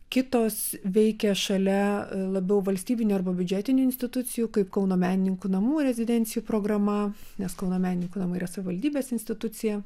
kitos veikia šalia labiau valstybinių arba biudžetinių institucijų kaip kauno menininkų namų rezidencijų programa nes kauno menininkų namai yra savivaldybės institucija